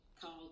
called